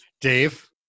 Dave